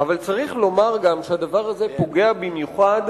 אבל צריך לומר גם שהדבר הזה פוגע במיוחד,